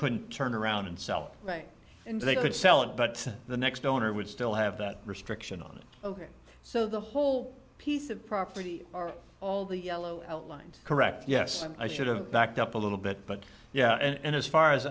couldn't turn around and sell it and they could sell it but the next owner would still have that restriction on it ok so the whole piece of property all the yellow lines correct yes i should've backed up a little bit but yeah and as far as